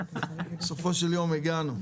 בסופו של יום הגענו.